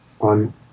on